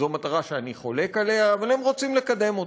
זו מטרה שאני חולק עליה, אבל הם רוצים לקדם אותה.